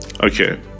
Okay